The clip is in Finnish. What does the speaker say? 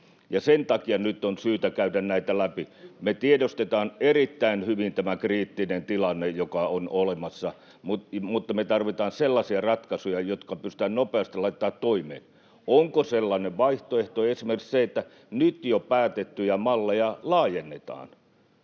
Sen takia nyt on syytä käydä näitä läpi. Me tiedostetaan erittäin hyvin tämä kriittinen tilanne, joka on olemassa, mutta me tarvitaan sellaisia ratkaisuja, jotka pystytään nopeasti laittamaan toimeen. Onko sellainen vaihtoehto esimerkiksi se, että nyt jo päätettyjä malleja laajennetaan?